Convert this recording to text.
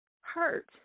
hurt